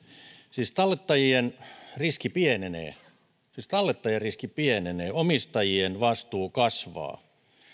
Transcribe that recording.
siis tallettajien riski pienenee siis tallettajien riski pienenee omistajien vastuu kasvaa